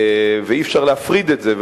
ואי-אפשר להפריד את זה,